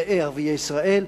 ראה ערביי ישראל,